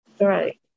Right